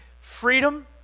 freedom